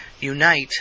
unite